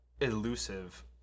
elusive